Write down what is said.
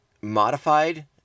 modified